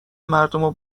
مردمو